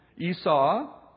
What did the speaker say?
Esau